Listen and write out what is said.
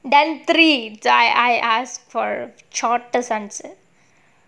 then three so I I ask for shortest answer